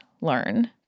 learn